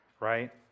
Right